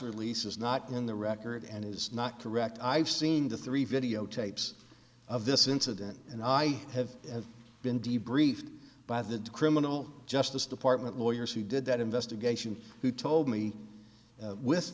release is not in the record and is not correct i've seen the three videotapes of this incident and i have been debriefed by the criminal justice department lawyers who did that investigation who told me with